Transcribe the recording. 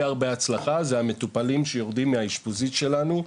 הרבה הצלחה אלו המטופלים שיורדים מהאשפוזית שלנו.